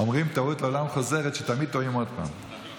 אומרים: טעות לעולם חוזרת, שתמיד טועים עוד פעם.